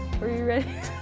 are we ready?